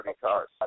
cars